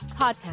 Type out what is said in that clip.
podcast